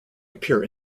appear